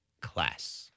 class